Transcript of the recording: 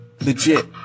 legit